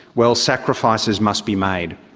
well, sacrifices must be made.